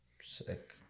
Sick